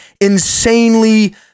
insanely